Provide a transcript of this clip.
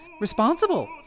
responsible